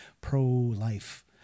pro-life